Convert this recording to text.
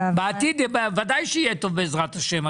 בעתיד ודאי שיהיה טוב בעזרת השם.